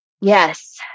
Yes